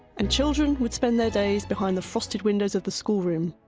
and children would spend their days behind the frosted windows of the schoolroom,